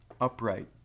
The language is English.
upright